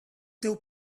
teu